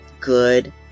good